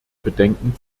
bedenken